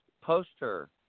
poster